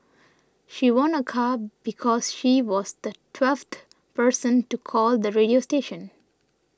she won a car because she was the twelfth person to call the radio station